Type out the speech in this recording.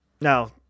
Now